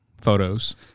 photos